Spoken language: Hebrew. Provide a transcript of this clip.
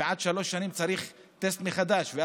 ועד שלוש שנים צריך טסט מחדש.